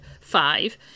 five